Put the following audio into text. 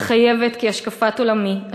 מתחייבת כי השקפת עולמי,